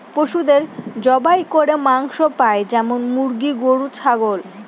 পশুদের জবাই করে মাংস পাই যেমন মুরগি, গরু, ছাগল